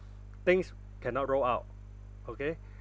things cannot roll out okay